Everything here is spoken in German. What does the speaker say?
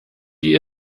die